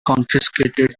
confiscated